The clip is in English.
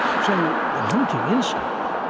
so the hunting instinct,